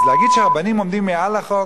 אז להגיד שהרבנים עומדים מעל החוק?